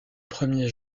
premiers